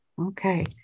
okay